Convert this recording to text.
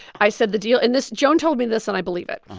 i said the deal and this joan told me this and i believe it.